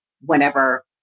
whenever